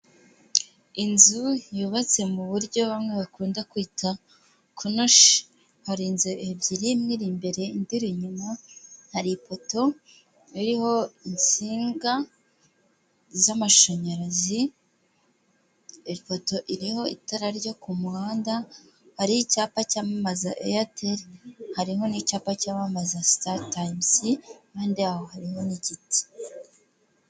Inzu yubatse mu buryo bamwe bakunda kwita konoshi, hari inzu ebyiri imweiri imbere indi iri inyuma, hari ipoto iriho insinga z'amashanyarazi, iyo poto iriho itara ryo ku muhanda, hariho icyapa cyamamaza Eyateri hariho n'icyapa cyamamaza Sitari tayimuzi, impande yaho hariho n'igiti